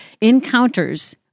encounters